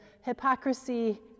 hypocrisy